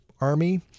army